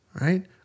right